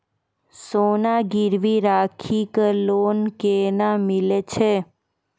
सोना गिरवी राखी कऽ लोन केना मिलै छै?